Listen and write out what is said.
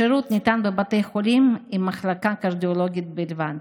השירות ניתן בבתי חולים עם מחלקה קרדיולוגית בלבד